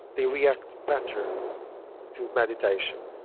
they react better to meditation.